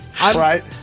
Right